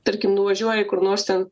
tarkim nuvažiuoji kur nors ten